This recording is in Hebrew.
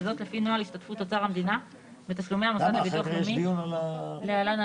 וזאת לפי נוהל השתתפות אוצר המדינה בתשלומי המוסד לביטוח לאומי (להלן,